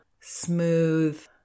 smooth